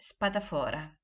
Spadafora